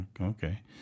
okay